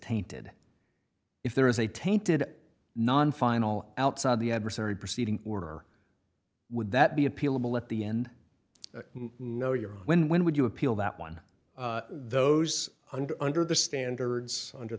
tainted if there is a tainted non final outside the adversary proceeding or would that be appealable at the end no you win when would you appeal that one those under under the standards under